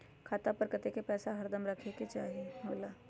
खाता पर कतेक पैसा हरदम रखखे के होला?